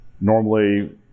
Normally